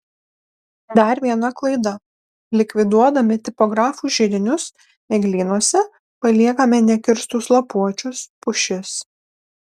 dar viena klaida likviduodami tipografų židinius eglynuose paliekame nekirstus lapuočius pušis